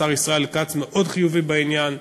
השר ישראל כץ מאוד חיובי בעניין,